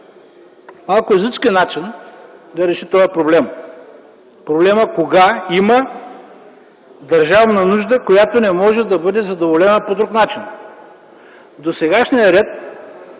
малко йезуитски начин да реши този проблем – проблемът кога има държавна нужда, която не може да бъде задоволена по друг начин. Досегашният ред